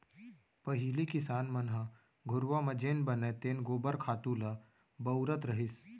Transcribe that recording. पहिली किसान मन ह घुरूवा म जेन बनय तेन गोबर खातू ल बउरत रहिस